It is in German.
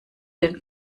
den